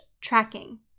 tracking